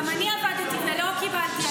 גם אני עבדתי ולא קיבלתי הנחה.